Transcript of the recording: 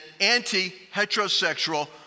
anti-heterosexual